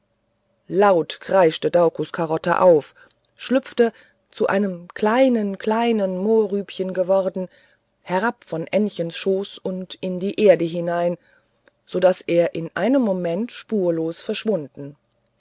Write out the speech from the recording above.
laut kreischte daucus carota auf schlüpfte zum kleinen kleinen mohrrübchen geworden herab von ännchens schoß und in die erde hinein so daß er in einem moment spurlos verschwunden